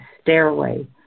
stairway